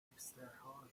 هیپسترها